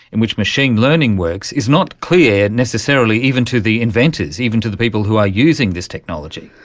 in which machine learning works, is not clear necessarily even to the inventors, even to the people who are using this technology.